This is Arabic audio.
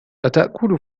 أتأكل